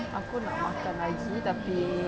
aku nak makan lagi tapi